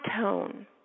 tone